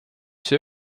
see